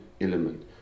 element